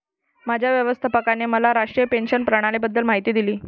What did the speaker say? माझ्या व्यवस्थापकाने मला राष्ट्रीय पेन्शन प्रणालीबद्दल माहिती दिली